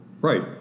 right